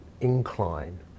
incline